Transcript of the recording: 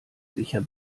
sicher